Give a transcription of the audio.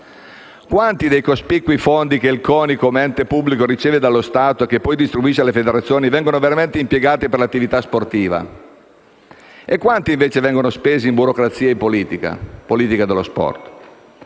Quanti dei cospicui fondi che il CONI, come ente pubblico, riceve dallo Stato e che poi distribuisce alle federazioni vengono veramente impiegati per l'attività sportiva? E quanti invece vengono spesi in burocrazia e politica dello sport?